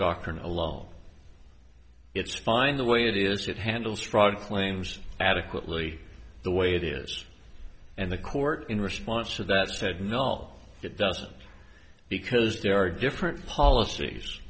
doctrine alone it's fine the way it is it handles fraud claims adequately the way it is and the court in response to that said no it doesn't because there are different policies